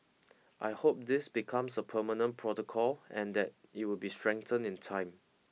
I hope this becomes a permanent protocol and that it would be strengthened in time